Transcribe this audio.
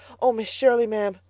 oh, miss shirley, ma'am,